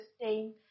sustain